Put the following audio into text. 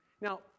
Now